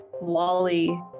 Wally